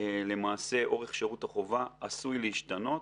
ולמעשה אורך שירות החובה עשוי להשתנות